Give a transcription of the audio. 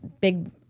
big